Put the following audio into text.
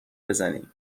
بزنی